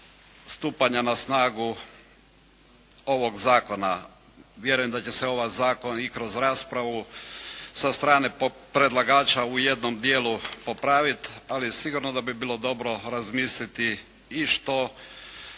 stupanja na snagu ovog zakona. Vjerujem da će se ovaj zakon i kroz raspravu sa strane predlaganja u jednom dijelu popraviti, ali sigurno da bi bilo dobro razmisliti i što